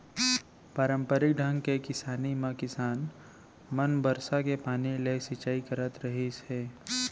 पारंपरिक ढंग के किसानी म किसान मन बरसा के पानी ले सिंचई करत रहिस हे